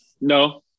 No